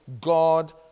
God